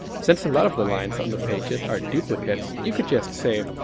since a lot of the lines on the pages are duplicates, you could just, say,